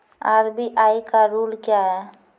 RBI का rule क्या हैं?